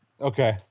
Okay